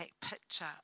picture